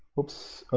oops!